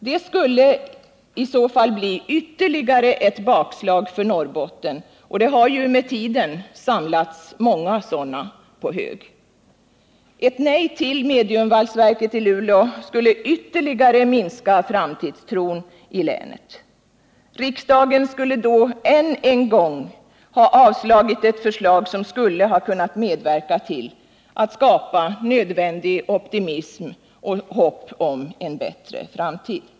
Det skulle innebära ytterligare ett bakslag för Norrbotten, och det har ju med tiden samlats många sådana på hög. Ett nej till ett mediumvalsverk i Luleå skulle ytterligare minska framtidstron i länet. Riksdagen skulle då ännu en gång ha avslagit ett förslag som kunde ha medverkat till att skapa nödvändig optimism och hopp om en bättre framtid.